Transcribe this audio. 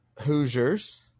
Hoosiers